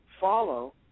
follow